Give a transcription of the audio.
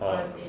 or